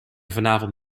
vanavond